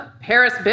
Paris